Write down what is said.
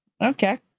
Okay